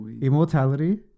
Immortality